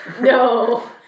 No